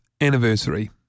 anniversary